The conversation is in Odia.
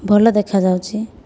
ଭଲ ଦେଖା ଯାଉଛି